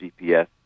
GPS